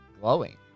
glowing